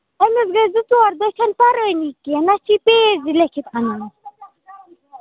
أمِس گٕے زٕ ژور دۄہ یہِ چھَنہٕ پرٲنی کیٚنٛہہ نہ چھِ یہِ پیج زٕ لیکھِتھ اَنان